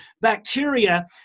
Bacteria